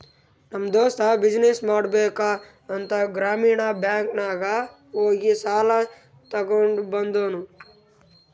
ನಮ್ ದೋಸ್ತ ಬಿಸಿನ್ನೆಸ್ ಮಾಡ್ಬೇಕ ಅಂತ್ ಗ್ರಾಮೀಣ ಬ್ಯಾಂಕ್ ನಾಗ್ ಹೋಗಿ ಸಾಲ ತಗೊಂಡ್ ಬಂದೂನು